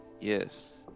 Yes